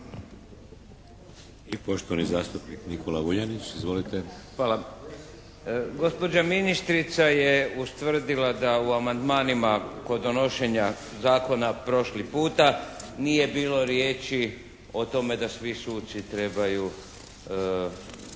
I poštovani zastupnik Nikola Vuljanić. Izvolite. **Vuljanić, Nikola (HNS)** Hvala. Gospođa ministrica je ustvrdila da u amandmanima kod donošenja zakona prošli puta nije bilo riječi o tome da svi suci trebaju